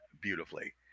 beautifully